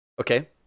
okay